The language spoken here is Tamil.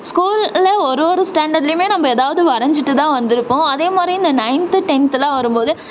ஸ்கூலில் ஒரு ஒரு ஸ்டாண்டர்ட்லையுமே நம்ப ஏதாவது வரைஞ்சிட்டு தான் வந்திருப்போம் அதே மாதிரி நான் நயன்து டென்த்தெலாம் வரும் போது